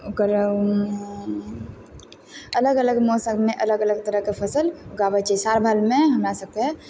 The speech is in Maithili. ओकर अलग अलग मौसममे अलग अलग तरहके फसल उगाबय छै साल भरिमे हमरा सबके